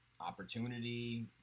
opportunity